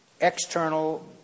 external